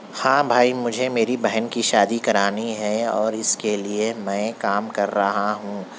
ہاں بھائی مجھے میری بہن کی شادی کرانی ہے اور اس کے لیے میں کام کر رہا ہوں